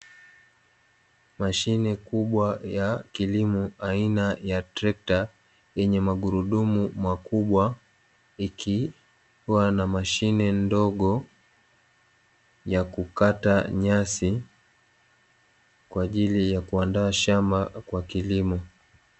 Mashine kubwa ya kilimo aina ya trekta yenye magurudumu makubwa, ikiwa na mashine ndogo ya kukata nyasi kwa ajili ya kuandaa shamba kwa kilimo.